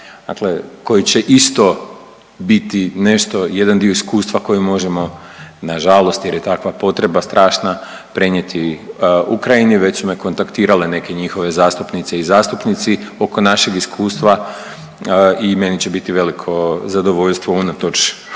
koji će isto biti nešto, jedan dio iskustva koji možemo na žalost jer je takva potreba strašna prenijeti Ukrajini. Već su me kontaktirale neke njihove zastupnice i zastupnici oko našeg iskustva i meni će biti veliko zadovoljstvo unatoč